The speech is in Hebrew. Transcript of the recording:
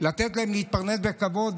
לתת להם להתפרנס בכבוד.